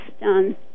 done